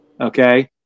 Okay